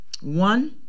One